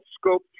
scope